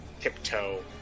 tiptoe